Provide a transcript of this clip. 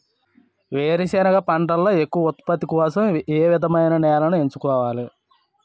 వేరుసెనగ పంటలో ఎక్కువ ఉత్పత్తి కోసం ఏ విధమైన నేలను ఎంచుకోవాలి?